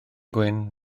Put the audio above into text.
gwyn